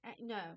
No